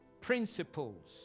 principles